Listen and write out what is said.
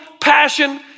passion